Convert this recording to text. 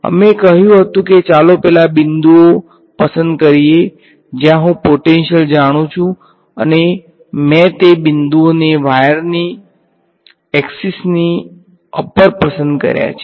અમે કહ્યું હતું કે ચાલો પેલા બિંદુઓ પસંદ કરીએ જ્યાં હું પોટેંશીયલ જાણું છું અને મેં તે બિંદુઓને વાયરની અક્ષીસની અપર પસંદ કર્યા છે